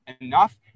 enough